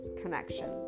connection